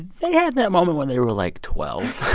they had that moment when they were, like, twelve